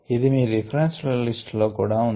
ఇది మీ రిఫరెన్స్ ల లిస్ట్ లో కూడా ఉంది